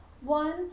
One